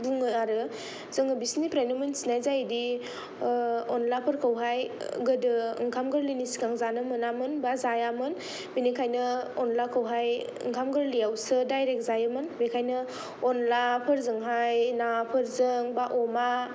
बुङो आरो जोङो बिसोरनिफ्रायनो मोनथिनाय जायोदि अनलाफोरखौहाय गोदो ओंखाम गोरलैनि सिगां जानो मोनामोन बा जायामोन बेनिखायनो अनलाखौहाय ओंखाम गोरलै आवसो डायरेक्ट जायोमोन बेखायनो अनलाफोरजोंहाय नाफोरजों बा अमा